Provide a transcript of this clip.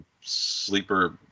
sleeper